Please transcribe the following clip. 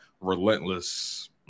relentless